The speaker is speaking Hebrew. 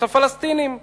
את הפלסטינים,